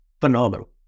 phenomenal